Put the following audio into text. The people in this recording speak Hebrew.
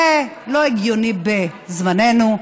זה לא הגיוני בזמננו,